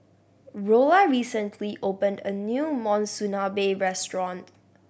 Rolla recently opened a new Monsunabe Restaurant